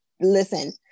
listen